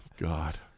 God